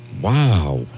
Wow